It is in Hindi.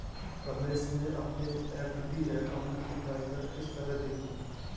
रमेश मैं अपने एफ.डी अकाउंट की ब्याज दर किस तरह देखूं?